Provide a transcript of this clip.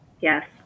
Yes